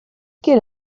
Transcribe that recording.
get